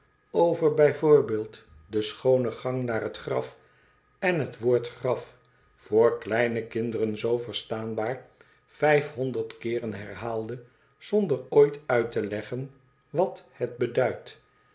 bij voorbeeld den schoon en gang naar het graf en het woord graf voor kleine kinderen zoo verstaanbaar vijfhonderd keeren herhalend zonder ooit uit te leggen wat het beduidt